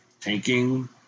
taking